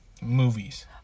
movies